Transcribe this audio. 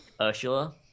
Ursula